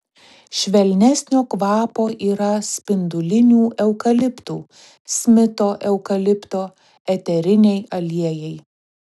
švelnesnio kvapo yra spindulinių eukaliptų smito eukalipto eteriniai aliejai